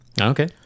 Okay